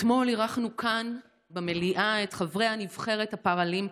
אתמול אירחנו כאן במליאה את חברי הנבחרת הפראלימפית.